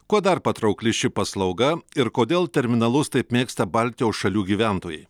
kuo dar patraukli ši paslauga ir kodėl terminalus taip mėgsta baltijos šalių gyventojai